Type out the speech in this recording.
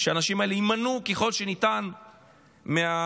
שהאנשים האלה יימנעו ככל שניתן מהפירוטים,